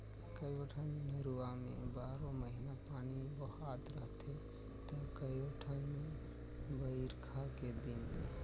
कयोठन नरूवा में बारो महिना पानी बोहात रहथे त कयोठन मे बइरखा के दिन में